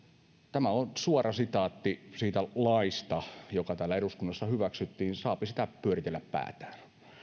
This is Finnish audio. tämä on suora sitaatti siitä laista joka täällä eduskunnassa hyväksyttiin saapi sitä pyöritellä päätään